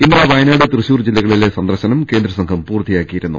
ഇന്നലെ വയനാട് തൃശൂർ ജില്ലകളിലെ സന്ദർശനം കേന്ദ്രസംഘം പൂർത്തിയാക്കിയിരുന്നു